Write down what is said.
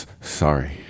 Sorry